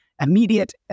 immediate